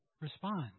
respond